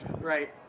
right